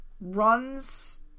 runs